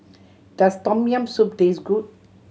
does Tom Yam Soup taste good